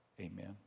amen